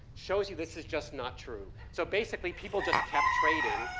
shows you this is just not true. so basically people just kept trading.